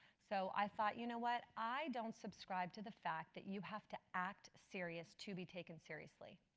so i thought, you know what? i don't subscribe to the fact that you have to act serious to be taken seriously.